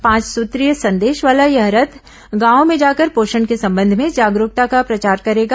पांच सूत्रीय संदेश वाला यह रथ गांवों में जाकर पोषण के संबंध में जागरूकता का प्रचार करेगा